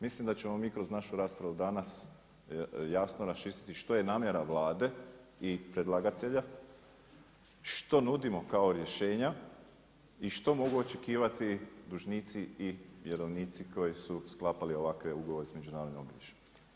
Mislim da ćemo mi kroz našu raspravu danas jasno raščistiti što je namjera Vlade i predlagatelja, što nudimo kao rješenja i što mogu očekivati i dužnici i vjerovnici koji su sklapali ovakve ugovore s međunarodnim obilježjem.